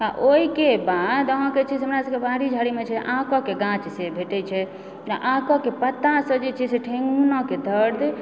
आ ओहिके बाद अहाँकेँ जे छै से हमरा सबकेँ बाड़ी झाड़ीमे छै आक कऽ गाछ से भेटए छै आककऽ पत्तासँ जे छै से ठेहुनके दर्द बहुत